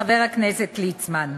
חבר הכנסת ליצמן.